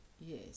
yes